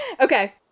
Okay